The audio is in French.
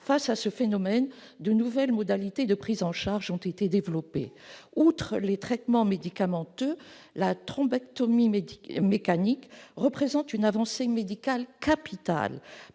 Face à ce phénomène, de nouvelles modalités de prise en charge ont été développées. Outre les traitements médicamenteux, la thrombectomie mécanique représente une avancée médicale capitale,